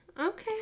Okay